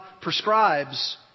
prescribes